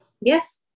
Yes